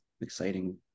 exciting